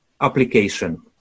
application